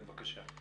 כן, בבקשה.